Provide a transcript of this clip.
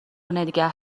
نگه